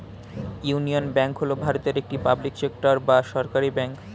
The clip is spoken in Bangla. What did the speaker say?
ইউনিয়ন ব্যাঙ্ক হল ভারতের একটি পাবলিক সেক্টর বা সরকারি ব্যাঙ্ক